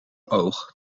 oog